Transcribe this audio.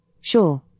Sure